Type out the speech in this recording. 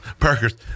Parker's